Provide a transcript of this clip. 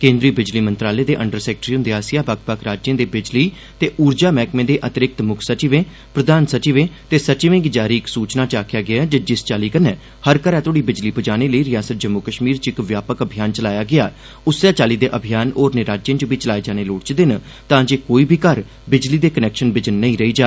केन्द्री बिजली मंत्रालय दे अंडर सैक्रेटरी हृंदे आसेआ बक्ख बक्ख राज्यें दे बिजली ते उर्जा मैहकमें दे अतिरिक्त मुक्ख सचिवें प्रधान सचिवें ते सचिवें गी जारी इक सूचना च आखेआ गेआ ऐ जे जिस चाल्ली कन्नै हर घरै तोहड़ी बिजली पुजाने लेई रिआसत जम्मू कश्मीर च इक व्यापक अभियान चलाया गेआ उस्सै चाल्ली दे अभियान होरनें राज्यें च बी चलाए जाने लोड़चदे न तांजे कोई बी घर बिजली दे कनैक्शन बिजन नेईं रेई जा